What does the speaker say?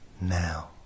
now